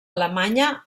alemanya